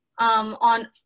On